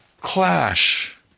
clash